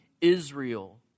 Israel